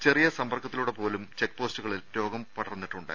ചെറിയ സമ്പർക്കത്തിലൂടെ പോലും ചെക്ക് പോസ്റ്റുകളിൽ രോഗം പകർന്നിട്ടുണ്ട്